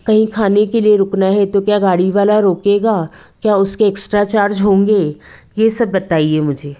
कहीं खाने के लिए रुकना है तो क्या गाड़ी वाला रोकेगा क्या उसके एक्स्ट्रा चार्ज होंगे ये सब बताइए मुझे